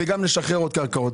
וגם ישחרר עוד קרקעות.